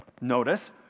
Notice